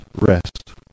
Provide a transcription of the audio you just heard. rest